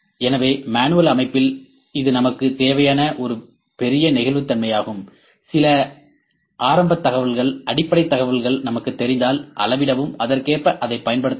எனவே மேனுவல் அமைப்பில் இது நமக்குத் தேவையான ஒரு பெரிய நெகிழ்வுத்தன்மையாகும் சில ஆரம்பத் தகவல்கள் அடிப்படை தகவல்கள் நமக்குத் தெரிந்தால் அளவிடவும் அதற்கேற்ப அதைப் பயன்படுத்தலாம்